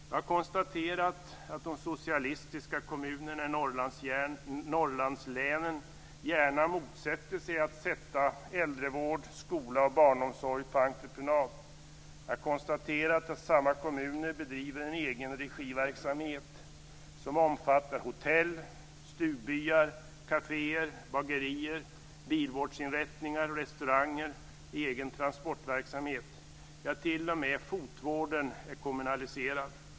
Jag har konstaterat att de socialistiska kommunerna i Norrlandslänen gärna motsätter sig att sätta äldrevård, skola och barnomsorg på entreprenad. Jag har konstaterat att samma kommuner bedriver en egenregiverksamhet, som omfattar hotell, stugbyar, kaféer, bagerier, bilvårdsinrättningar, restauranger och egen transportverksamhet. Ja, t.o.m. fotvården är kommunaliserad.